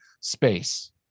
space